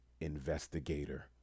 investigator